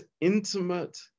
intimate